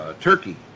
Turkey